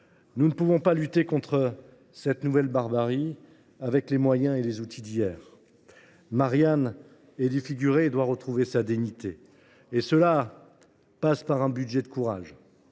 Nous ne pouvons pas lutter contre cette nouvelle barbarie avec les moyens et les outils d’hier. Marianne est défigurée et doit retrouver sa dignité. Cela passe par un budget de courage.